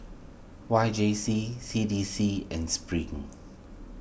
Y J C C D C and Spring